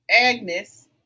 agnes